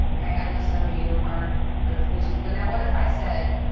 right? i know some of you are are which is but now what if i said,